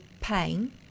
pain